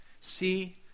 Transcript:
See